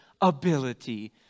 ability